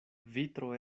vitro